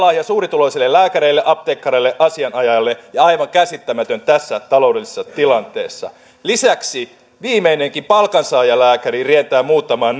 on verolahja suurituloisille lääkäreille apteekkareille asianajajille ja aivan käsittämätön tässä taloudellisessa tilanteessa lisäksi viimeinenkin palkansaajalääkäri rientää muuttamaan